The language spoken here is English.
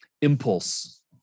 impulse